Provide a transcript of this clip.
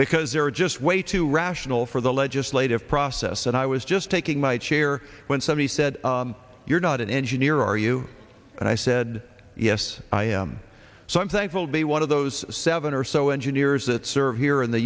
because they're just way too rational for the legislative process and i was just taking my chair when somebody said you're not an engineer are you and i said yes i am so i'm thankful to be one of those seven or so engineers that serve here in the